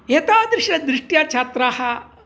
एतादृशदृष्ट्या छात्राः